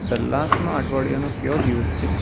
ડલ્લાસમાં અઠવાડિયાનો કયો દિવસ છે